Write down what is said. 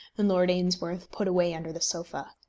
and lord ainsworth put away under the sofa.